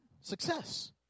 Success